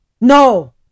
No